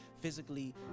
physically